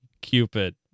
cupid